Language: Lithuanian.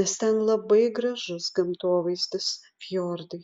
nes ten labai gražus gamtovaizdis fjordai